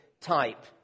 type